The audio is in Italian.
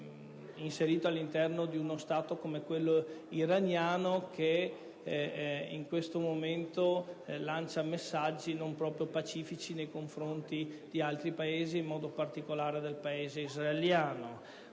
se in uno Stato come quello iraniano che in questo momento lancia messaggi non proprio pacifici nei confronti di altri Paesi, in modo particolare nei confronti